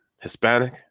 Hispanic